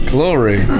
Glory